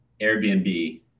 Airbnb